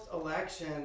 election